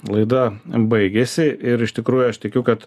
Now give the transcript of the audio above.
laida baigėsi ir iš tikrųjų aš tikiu kad